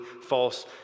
false